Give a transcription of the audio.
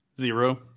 Zero